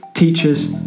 teachers